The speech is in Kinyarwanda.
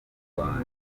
rikorerwa